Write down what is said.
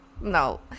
no